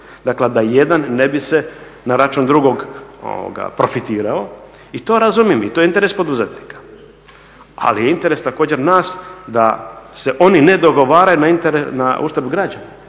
Dakle, da jedan ne bi se na račun drugog profitirao i to razumijem i to je interes poduzetnika. Ali je interes također nas da se oni ne dogovaraju na uštrb građana.